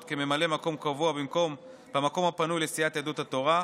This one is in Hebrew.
כממלא מקום קבוע במקום המקום הפנוי לסיעת יהדות התורה.